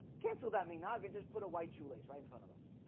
cancel that mean i can just put a white shoe lace right in front of us